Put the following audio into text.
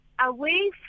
away